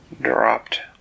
dropped